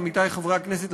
עמיתי חברי הכנסת,